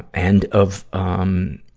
and of, um, ah,